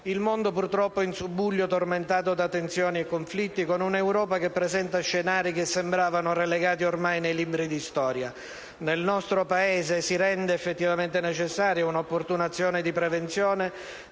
il mondo, purtroppo, è in subbuglio, tormentato da tensioni e conflitti con un'Europa che presenta scenari che sembravano relegati ormai nei libri di storia. Nel nostro Paese si rende effettivamente necessaria una opportuna azione di prevenzione